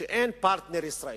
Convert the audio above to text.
שאין פרטנר ישראלי,